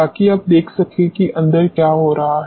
ताकि आप देख सकें कि अंदर क्या हो रहा है